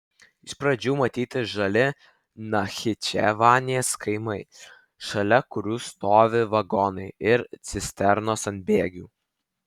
iš pradžių matyti žali nachičevanės kaimai šalia kurių stovi vagonai ir cisternos ant bėgių